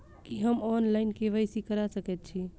की हम online, KYC करा सकैत छी?